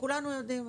כולנו יודעים,